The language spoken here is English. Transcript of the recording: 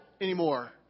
anymore